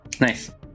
nice